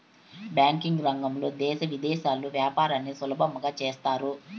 banking రంగంలో దేశ విదేశాల్లో యాపారాన్ని సులభంగా చేత్తారు